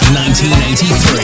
1983